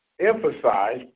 emphasize